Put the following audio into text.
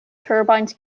turbines